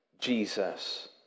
Jesus